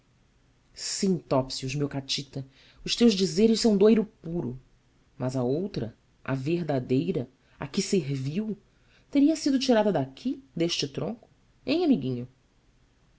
sim topsius meu catita os teus dizeres são de ouro puro mas a outra a verdadeira a que serviu teria sido tirada daqui deste tronco hem amiguinho